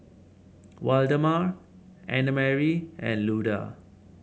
Waldemar Annamarie and Luda